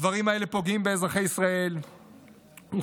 הדברים האלה פוגעים באזרחי ישראל ופוגעים